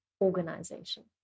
organization